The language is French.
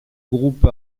groupe